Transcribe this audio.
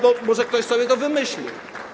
Bo może ktoś sobie to wymyślił.